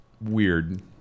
Weird